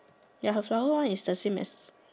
ya her flower one is the same as